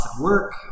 work